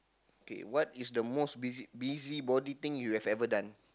K what is the most busy busybody thing you have ever done